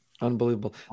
Unbelievable